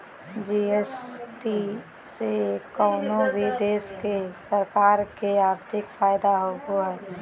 GST से कउनो भी देश के सरकार के आर्थिक फायदा होबो हय